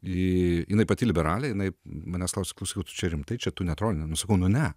jinai pati liberalė jinai manęs klausia klausyk čia rimtai čia tu neatrodė nu sakau nu ne